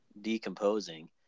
decomposing